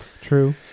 True